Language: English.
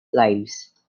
lives